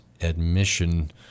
admission